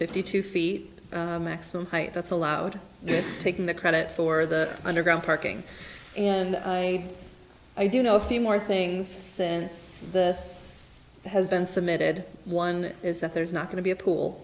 fifty two feet maximum height that's allowed taking the credit for the underground parking and i i do know a few more things since this has been submitted one is that there's not going to be a